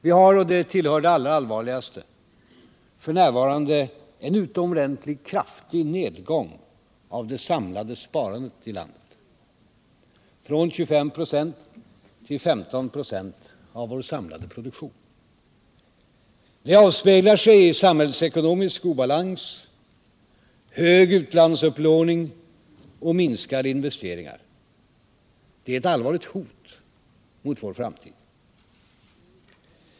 Vi har, och det tillhör det allra allvarligaste, f. n. en utomordentligt kraftig nedgång av det samlade sparandet i landet, från 25 96 ull 15 26 av vår samlade produktion. Det avspeglar sig i samhällsekonomisk obalans, hög utlandsupplåning och minskning av investeringarna. Det är ett allvarligt hot mot vår framtid.